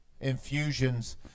infusions